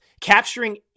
capturing